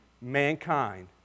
mankind